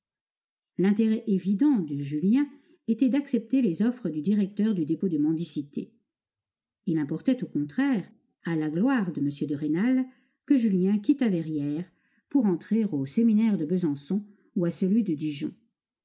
l'intérêt évident de julien était d'accepter les offres du directeur du dépôt de mendicité il importait au contraire à la gloire de m de rênal que julien quittât verrières pour entrer au séminaire de besançon ou à celui de dijon